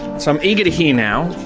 so i'm eager to hear now.